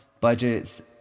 budgets